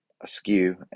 askew